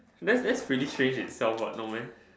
that's that's pretty strange itself what no meh